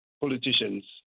politicians